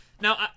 Now